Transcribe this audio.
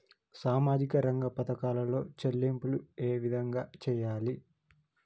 సామాజిక రంగ పథకాలలో చెల్లింపులు ఏ విధంగా చేయాలి?